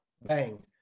Bang